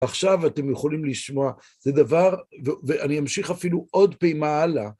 עכשיו אתם יכולים לשמוע, זה דבר, ואני אמשיך אפילו עוד פעימה הלאה.